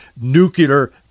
nuclear